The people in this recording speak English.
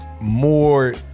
more